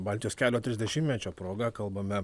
baltijos kelio trisdešimtmečio proga kalbame